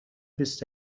بیست